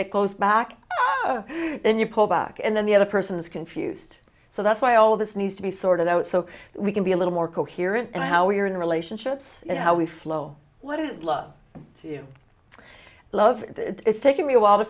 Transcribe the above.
get close back and you pull back and then the other person is confused so that's why all this needs to be sorted out so we can be a little more coherent and how we are in relationships and how we flow what is love to you love it's taken me a while to